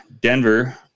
Denver